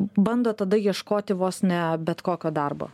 bando tada ieškoti vos ne bet kokio darbo